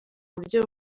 buryo